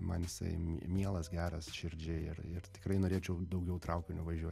man jisai mie mielas geras širdžiai ir ir tikrai norėčiau daugiau traukiniu važiuot